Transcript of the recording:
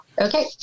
okay